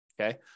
okay